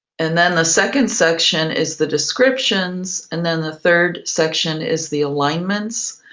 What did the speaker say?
and then the second section is the descriptions and then the third section is the alignments,